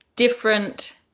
different